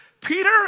Peter